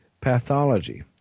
pathology